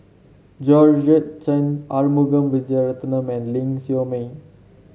Georgette Chen Arumugam Vijiaratnam and Ling Siew May